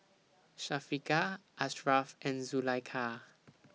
Syafiqah Ashraf and Zulaikha